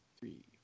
three